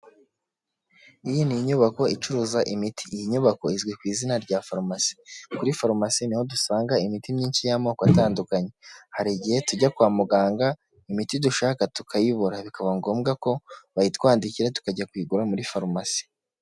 Iyi ni inyubako icuruza imiti, iyi nyubako izwi ku izina rya faromasi, kuri farumasi ni ho dusanga imiti myinshi y'amoko atandukanye, hari igihe tujya kwa muganga imiti dushaka tukayibura, bikaba ngombwa ko bayitwandikira tukajya kuyigura muri farumasi.